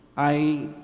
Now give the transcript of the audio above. i